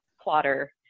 plotter